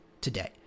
today